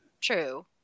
true